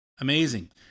amazing